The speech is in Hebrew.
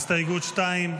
הסתייגות 2,